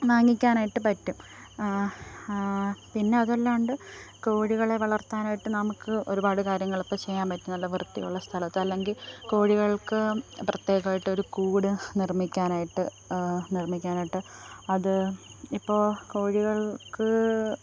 വാങ്ങിക്കാനായിട്ട് പറ്റും പിന്നെ അത് അല്ലാണ്ട് കോഴികളെ വളർത്താനായിട്ട് നമുക്ക് ഒരുപാട് കാര്യങ്ങൾ ഇപ്പം ചെയ്യാൻ പറ്റുന്നുണ്ട് വൃത്തിയുള്ള സ്ഥലത്ത് അല്ലെങ്കിൽ കോഴികൾക്ക് പ്രത്യേകമായിട്ട് ഒരു കൂട് നിർമ്മിക്കാനായിട്ട് നിർമ്മിക്കാനായിട്ട് അത് ഇപ്പോൾ കോഴികൾക്ക്